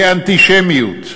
כאנטישמיות,